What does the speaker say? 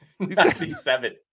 97